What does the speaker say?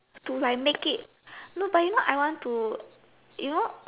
to like make it no but you know I want to you know